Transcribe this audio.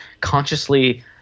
consciously